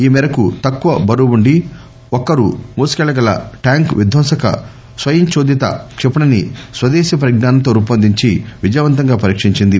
ఈ మేరకు తక్కువ బరువుండి ఒక్కరు మోసుకెళ్లగల ట్యాంకు విధ్వంసక స్పయంచోదిత క్షిపణిని స్వదేశీ పరిజ్ఞానంతో రూపొందించి విజయవంతంగా పరీక్షించింది